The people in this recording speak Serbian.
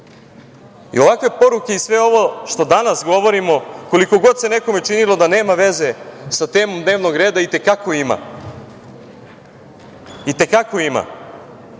način. Ovakve poruke i sve ovo što danas govorimo, koliko god se nekome činilo da nema veze sa temom dnevnog reda, i te kako ima, jer mislim